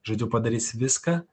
žodžiu padarys viską